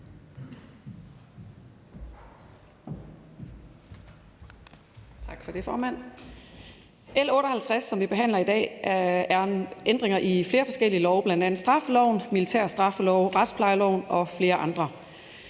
Tak for det, formand. L 58, som vi behandler i dag, er om ændringer i flere forskellige love, bl.a. straffeloven, militær straffelov, retsplejeloven og flere andre.